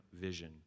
vision